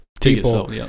people